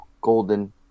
Golden